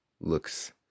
looks